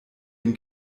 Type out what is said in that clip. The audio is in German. dem